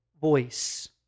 voice